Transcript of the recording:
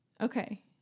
Okay